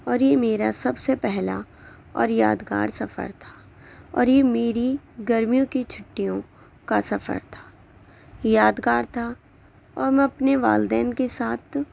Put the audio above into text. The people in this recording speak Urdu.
اور یہ میرا سب سے پہلا اور یادگار سفر تھا اور یہ میری گرمیوں کی چھٹیوں کا سفر تھا یادگار تھا اور میں اپنے والدین کے ساتھ